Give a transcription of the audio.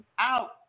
out